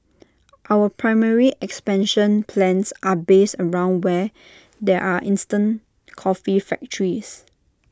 our primary expansion plans are based around where there are instant coffee factories